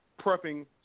prepping